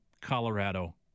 Colorado